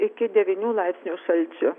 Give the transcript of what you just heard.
iki devynių laipsnių šalčio